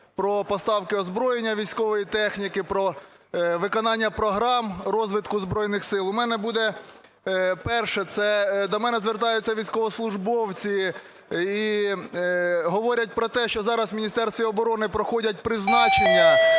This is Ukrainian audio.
про поставки озброєння, військової техніки, про виконання програм розвитку Збройних Сил. У мене буде… Перше. Це до мене звертаються військовослужбовці і говорять про те, що зараз в Міністерстві оборони проходять призначення,